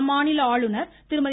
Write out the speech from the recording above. அம்மாநில ஆளுநர் திருமதி